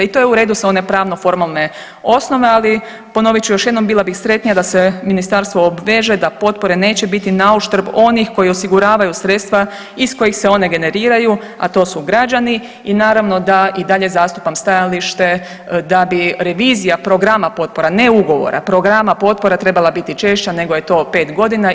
I to je u redu s one pravno formalne osnove, ali ponovit ću još jednom bila bih sretnija da se ministarstvo obveže da potpore neće biti nauštrb onih koji osiguravaju sredstava iz kojih se one generiraju, a to su građani i naravno da i dalje zastupam stajalište da bi revizija programa potpora, ne ugovora, programa potpora trebala biti češća nego je to 5 godina.